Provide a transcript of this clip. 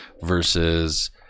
versus